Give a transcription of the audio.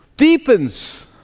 deepens